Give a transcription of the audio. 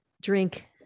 drink